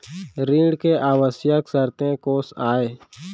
ऋण के आवश्यक शर्तें कोस आय?